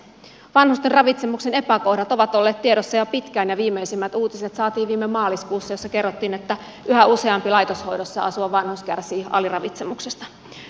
vanhusten ravitsemuksen epäkohdat ovat olleet tiedossa jo pitkään ja viimeisimmät uutiset saatiin viime maaliskuussa jolloin kerrottiin että yhä useampi laitoshoidossa asuva vanhus kärsii aliravitsemuksesta